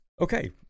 okay